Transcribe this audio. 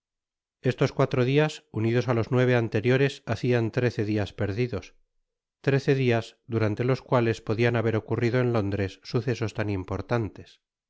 estos cuatro dias unidos á los nueve anteriores hacian rece dias perdidos trece dias durante los cuales podian haber ocurrido en londres sucesos tan importantes